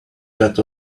got